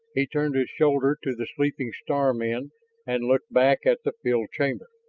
he turned his shoulder to the sleeping star men and looked back at the filled chamber